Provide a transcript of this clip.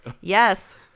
Yes